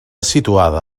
situada